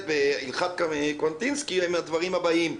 את הלכת קוונטינסקי הם הדברים הבאים: